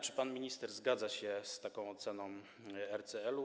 Czy pan minister zgadza się z taką oceną RCL-u?